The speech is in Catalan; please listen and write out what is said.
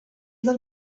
del